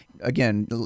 Again